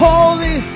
Holy